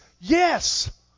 Yes